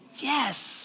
Yes